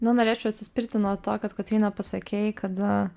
nu norėčiau atsispirti nuo to kad kotryna pasakei kada